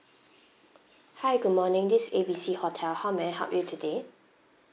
hi good morning this A B C hotel how may I help you today